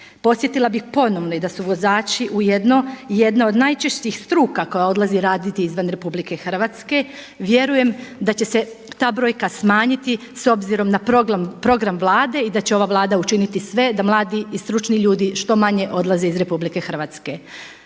Podsjetila bih ponovno da su vozači ujedno jedna od najčešćih struka koja odlazi raditi izvan RH, vjerujem da će se ta brojka smanjiti s obzirom na program Vlade i da će ova Vlada učiniti sve da mladi i stručni ljudi što manje odlaze iz RH.